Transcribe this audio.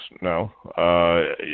no